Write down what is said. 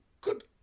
Good